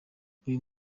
uyu